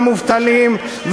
והמובטלים,